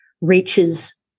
reaches